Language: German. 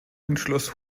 entschloss